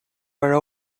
were